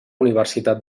universitat